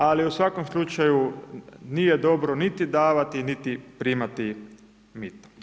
Ali u svakom slučaju nije dobro niti davati niti primati mito.